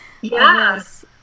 Yes